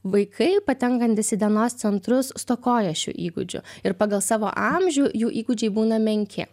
vaikai patenkantys į dienos centrus stokoja šių įgūdžių ir pagal savo amžių jų įgūdžiai būna menki